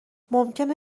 ممکنه